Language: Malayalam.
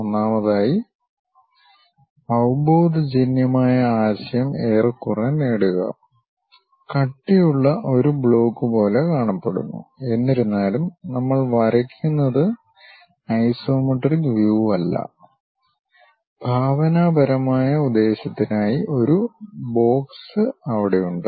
ഒന്നാമതായി അവബോധജന്യമായ ആശയം ഏറെക്കുറെ നേടുക കട്ടിയുള്ള ഒരു ബ്ലോക്ക് പോലെ കാണപ്പെടുന്നു എന്നിരുന്നാലും നമ്മൾ വരയ്ക്കുന്നത് ഐസോമെട്രിക് വ്യൂവല്ല ഭാവനാപരമായ ഉദ്ദേശ്യത്തിനായി ഒരു ബോക്സ് അവിടെയുണ്ട്